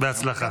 בהצלחה.